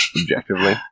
Objectively